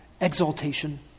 exaltation